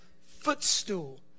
footstool